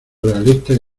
realistas